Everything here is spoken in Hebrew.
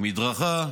המדרכה,